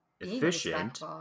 efficient